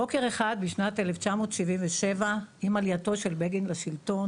בוקר אחד, בשנת 1977, עם עלייתו של בגין לשלטון,